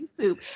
YouTube